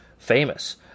famous